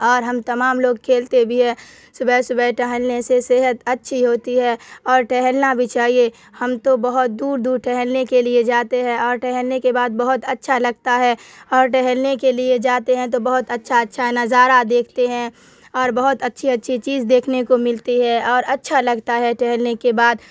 اور ہم تمام لوگ کھیلتے بھی ہے صبح صبح ٹہلنے سے صحت اچھی ہوتی ہے اور ٹہلنا بھی چاہیے ہم تو بہت دور دور ٹہلنے کے لیے جاتے ہیں اور ٹہلنے کے بعد بہت اچھا لگتا ہے اور ٹہلنے کے لیے جاتے ہیں تو بہت اچھا اچھا نظارہ دیکھتے ہیں اور بہت اچھی اچھی چیز دیکھنے کو ملتی ہے اور اچھا لگتا ہے ٹہلنے کے بعد